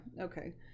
Okay